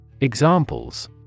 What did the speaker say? Examples